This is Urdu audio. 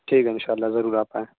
ٹھیک ہے ان شاء اللہ ضرور آپ آئیں